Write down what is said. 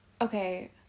Okay